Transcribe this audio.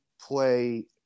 play